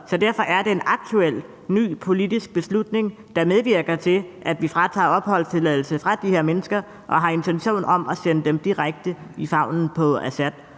Så derfor er det en aktuel, ny politisk beslutning, der medvirker til, at vi tager opholdstilladelsen fra de her mennesker og har intention om at sende dem direkte i favnen på Assad,